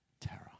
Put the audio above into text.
terror